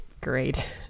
great